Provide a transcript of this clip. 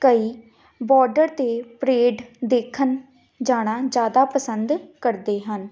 ਕਈ ਬੋਡਰ 'ਤੇ ਪਰੇਡ ਦੇਖਣ ਜਾਣਾ ਜ਼ਿਆਦਾ ਪਸੰਦ ਕਰਦੇ ਹਨ